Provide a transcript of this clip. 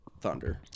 Thunder